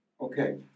okay